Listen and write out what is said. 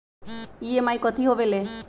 EMI कथी होवेले?